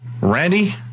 Randy